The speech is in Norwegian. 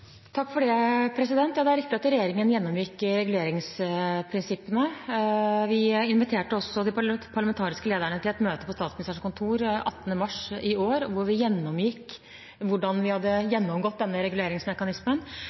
Det er riktig at regjeringen gjennomgikk reguleringsprinsippene. Vi inviterte også de parlamentariske lederne til et møte på statsministerens kontor 18. mars i år, hvor vi gjennomgikk hvordan vi hadde gjennomgått denne reguleringsmekanismen.